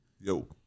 Yo